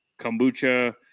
kombucha